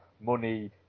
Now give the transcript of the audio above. money